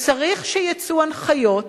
וצריך שיצאו הנחיות ברורות: